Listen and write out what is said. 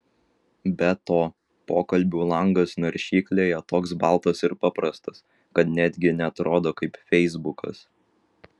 be to pokalbių langas naršyklėje toks baltas ir paprastas kad netgi neatrodo kaip feisbukas